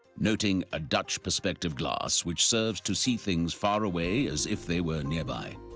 noting a dutch perspective glass which serves to see things far away as if they were nearby,